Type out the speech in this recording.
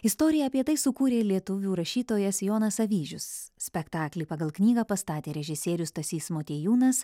istoriją apie tai sukūrė lietuvių rašytojas jonas avyžius spektaklį pagal knygą pastatė režisierius stasys motiejūnas